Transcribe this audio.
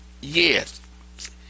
yes